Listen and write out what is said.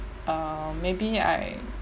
uh maybe I